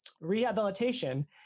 rehabilitation